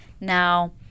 Now